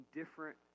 different